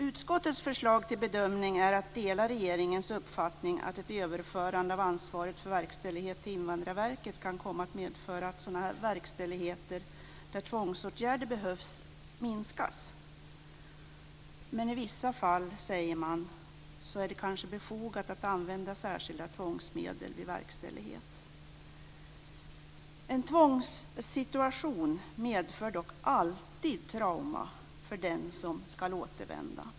Utskottets förslag till bedömning är att dela regeringens uppfattning att ett överförande av ansvaret för verkställighet till Invandrarverket kan komma att medföra att sådan verkställighet där tvångsåtgärder behövs minskar. Men i vissa fall, säger man, är det kanske befogat att använda särskilda tvångsmedel vid verkställighet. En tvångssituation medför dock alltid trauma för den som skall återvända.